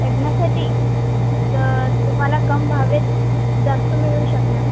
लग्नासाठी तर तुम्हाला कम भावात जास्त मिळू शकणार